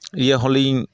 ᱤᱭᱟᱹ ᱦᱚᱸᱞᱤᱧ